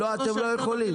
לא, אתם לא יכולים.